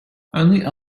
only